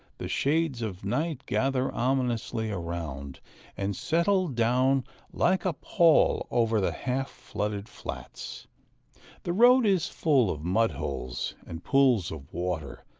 the shades of night gather ominously around and settle down like a pall over the half-flooded flats the road is full of mud-holes and pools of water,